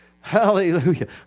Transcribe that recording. Hallelujah